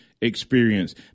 experience